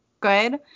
good